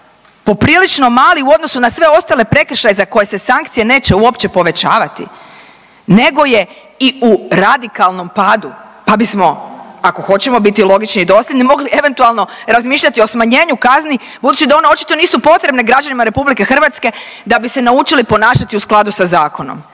poprilično mali u odnosu na sve ostale prekršaje za koje se sankcije neće uopće povećavati nego je i u radikalnom padu, pa bismo ako hoćemo biti logični i dosljedni mogli eventualno razmišljati o smanjenju kazni budući da one očito nisu potrebne građanima RH da bi se naučili ponašati u skladu sa zakonom.